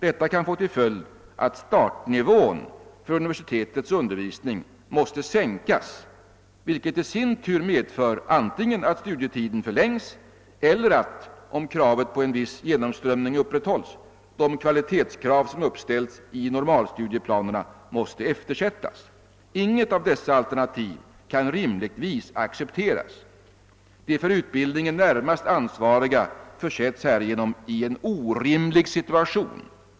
Detta kan få till följd att startnivån för universitetets undervisning måste sänkas, vilket i sin tur medför antingen att studietiden förlängs eller att — om kravet på en viss genomströmning upprätthålls — de kvalitetskrav som uppställts i normalstudieplanerna måste eftersättas. Inget av dessa alternativ kan rimligtvis accepteras; de för utbildningen närmast ansvariga försätts härigenom i en orimlig situation.